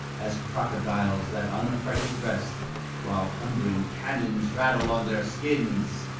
as crocodiles that unaffrighted rest while thundering cannons rattle on their skins.